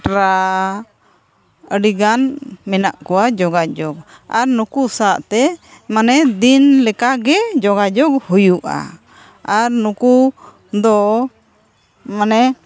ᱜᱷᱟᱴᱨᱟ ᱟᱹᱰᱤᱜᱟᱱ ᱢᱮᱱᱟᱜ ᱠᱚᱣᱟ ᱡᱳᱜᱟᱡᱳᱜᱽ ᱟᱨ ᱱᱩᱠᱩ ᱥᱟᱶᱛᱮ ᱢᱟᱱᱮ ᱫᱤᱱ ᱞᱮᱠᱟᱜᱮ ᱡᱳᱜᱟᱡᱚᱜᱽ ᱦᱩᱭᱩᱜᱼᱟ ᱟᱨ ᱱᱩᱠᱩᱫᱚ ᱢᱟᱱᱮ